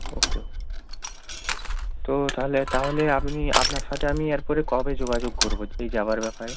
ওকে তো তাহলে তাহলে আপনি আপনার সাথে আমি এরপরে কবে যোগাযোগ করবো সেই যাওয়ার ব্যাপারে